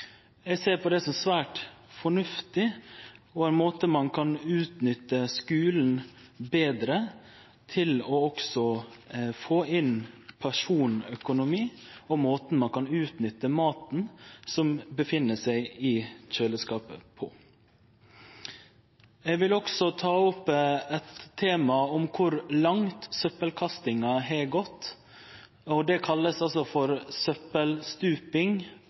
Eg ser på det som svært fornuftig og som ein måte ein kan utnytte skulen betre på til også å få inn personøkonomi og sjå på korleis ein kan utnytte maten som er i kjøleskapet. Eg vil også ta opp eit tema om kor langt søppelkastinga har gått, og ein kallar det altså for